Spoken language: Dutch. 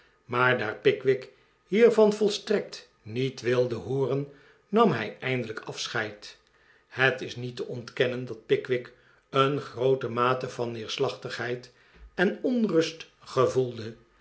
maar daar pickwick hiervan volstrekt niet wilde hooren nam hij eindelijk afscheid het is niet te ontkennen dat pickwick een groote mate van neerslachtigheid en onrust gevoelde